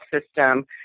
system